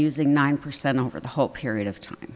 using nine percent over the whole period of time